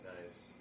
Nice